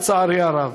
לצערי הרב.